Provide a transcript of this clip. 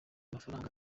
mafaranga